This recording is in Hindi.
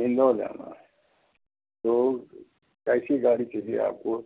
इंदौर जाना है तो कैसी गाड़ी चाहिए आपको